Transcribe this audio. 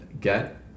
get